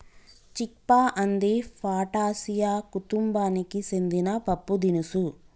చిక్ పా అంది ఫాటాసియా కుతుంబానికి సెందిన పప్పుదినుసు